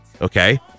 okay